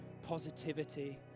Positivity